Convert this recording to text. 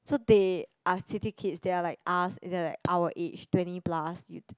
so they are city kids they're like us is like our age twenty plus